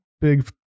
big